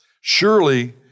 Surely